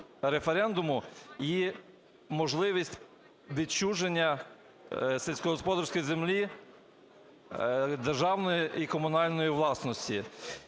референдуму і можливість відчуження сільськогосподарської землі державної і комунальної власності.